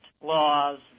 laws